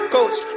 Coach